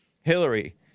Hillary